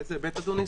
באיזה היבט, אדוני?